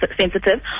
sensitive